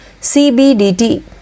CBDT